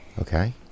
Okay